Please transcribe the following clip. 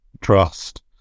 trust